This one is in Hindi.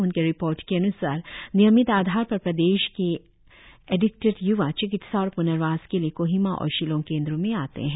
उनके रिपोर्ट के अन्सार नियमित आधार पर प्रदेश के एडिकटेड य्वा चिकित्सा और प्नर्वास के लिए कोहिमा और शिलॉग केंद्रों में आते है